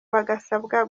bagasabwa